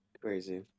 Crazy